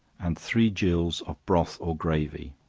and three gills of broth or gravy,